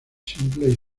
simples